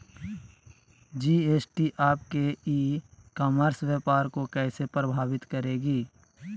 GST आपके e commerce व्यापार को कैसे प्रभावित करेगी?